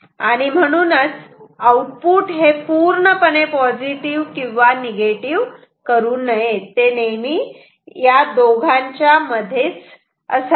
आणि म्हणूनच आउटपुट हे पूर्णपणे पॉझिटिव्ह किंवा निगेटिव्ह करू नये ते नेहमी या दोघांच्या मध्येच असावे